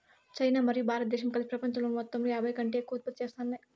China మరియు భారతదేశం కలిసి పపంచంలోని మొత్తంలో యాభైకంటే ఎక్కువ ఉత్పత్తి చేత్తాన్నాయి